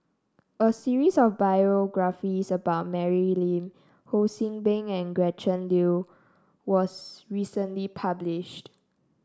a series of biographies about Mary Lim Ho See Bing and Gretchen Liu was recently published